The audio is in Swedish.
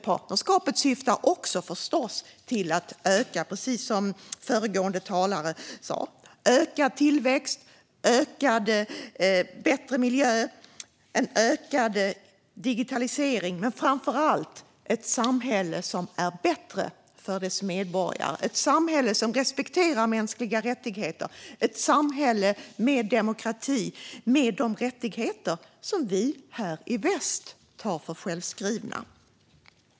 Partnerskapet syftar förstås också till att, precis som föregående talare sa, skapa ökad tillväxt, bättre miljö och en ökad digitalisering. Framför allt syftar det dock till att skapa ett samhälle som är bättre för dess medborgare - ett samhälle som respekterar mänskliga rättigheter och ett samhälle med demokrati och de rättigheter som vi här i väst tar för självskrivna.